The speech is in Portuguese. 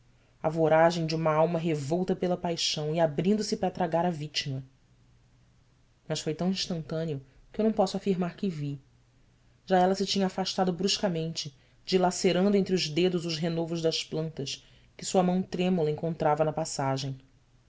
a voragem de uma alma revolta pela paixão e abrindo-se para tragar a vítima mas foi tão instantâneo que eu não posso afirmar que vi já ela se tinha afastado bruscamente dilacerando entre os dedos os renovos das plantas que sua mão trêmula encontrava na passagem